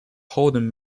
holden